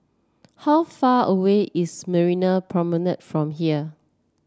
how far away is Marina Promenade from here